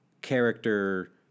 character